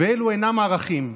ואלו אינם ערכים,